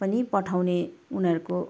पनि पठाउने उनीहरूको